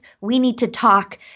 we-need-to-talk